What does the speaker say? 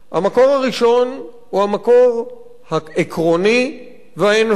המקור הראשון הוא המקור העקרוני והאנושי.